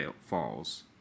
falls